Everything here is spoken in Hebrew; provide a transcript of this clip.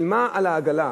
שילמה על העגלה